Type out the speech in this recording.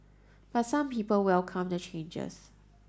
but some people welcome the changes